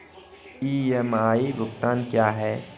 EMI भुगतान क्या है?